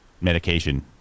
medication